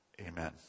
Amen